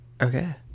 Okay